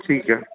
ਠੀਕ ਐ